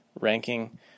ranking